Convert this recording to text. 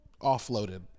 offloaded